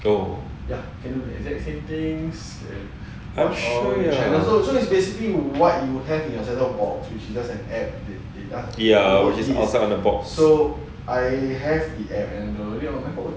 oh ya which is outside the box